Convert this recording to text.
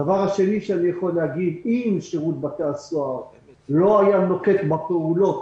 שנית, אם שירות בתי הסוהר לא היה נוקט בפעולות